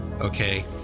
okay